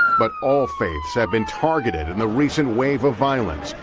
but all faiths have been targeted in the recent wave of violence,